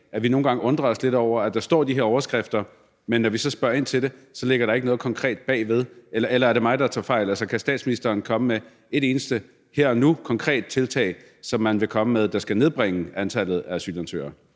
at vi nogle gange undrer os lidt over, at der står de her overskrifter, men at når vi så spørger ind til det, ligger der ikke noget konkret bag ved? Eller er det mig, der tager fejl, altså kan statsministeren komme med et eneste konkret her og nu-tiltag, som man vil komme med, og som vil nedbringe antallet af asylansøgere?